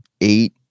eight